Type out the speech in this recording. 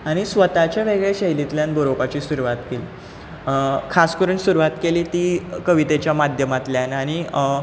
आनी स्वताच्या वेगळ्या शैलींतल्यान बरोवपाक सुरवात केली खास करून सुरवात केली ती कवितेच्या माध्यमांतल्यान आनी